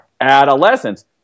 adolescence